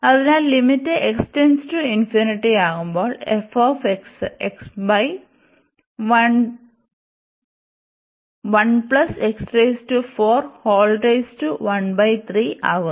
അതിനാൽ ലിമിറ്റ് ആകുമ്പോൾ f ആകുന്നു